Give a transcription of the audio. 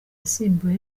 yasimbuwe